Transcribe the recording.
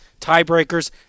tiebreakers